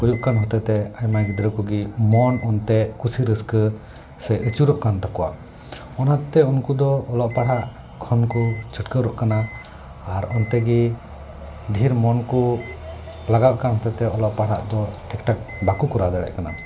ᱦᱩᱭᱩᱜ ᱠᱟᱱ ᱦᱚᱛᱮ ᱛᱮ ᱟᱭᱢᱟ ᱜᱤᱫᱽᱨᱟᱹ ᱠᱚᱜᱮ ᱢᱚᱱ ᱚᱱᱛᱮ ᱠᱩᱥᱤ ᱨᱟᱹᱥᱠᱟᱹ ᱥᱮ ᱟᱹᱪᱩᱨᱚᱜ ᱠᱟᱱ ᱛᱟᱠᱚᱣᱟ ᱚᱱᱟ ᱛᱮ ᱩᱱᱠᱩ ᱫᱚ ᱚᱞᱚᱜ ᱯᱟᱲᱦᱟᱜ ᱠᱷᱚᱱ ᱠᱚ ᱪᱷᱩᱴᱠᱟᱹᱨᱚᱜ ᱠᱟᱱᱟ ᱟᱨ ᱚᱱᱛᱮ ᱜᱮ ᱰᱷᱮᱨ ᱢᱚᱱ ᱠᱚ ᱞᱟᱜᱟᱣᱮᱫ ᱠᱟᱱ ᱦᱚᱛᱮ ᱛᱮ ᱚᱞᱚᱜ ᱯᱟᱲᱦᱟᱜ ᱫᱚ ᱴᱷᱤᱠ ᱴᱷᱟᱠ ᱵᱟᱠᱚ ᱠᱚᱨᱟᱣ ᱫᱟᱲᱮᱭᱟᱜ ᱠᱟᱱᱟ